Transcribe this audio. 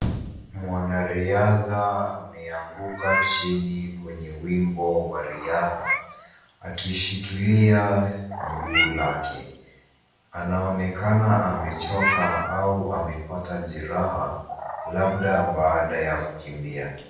Mwanariadha ameanguka chini kwenye wimbo wa riadha akishikilia mguu lake. Anaonekana amechoka au amepata jeraha, labda baada ya kukimbia.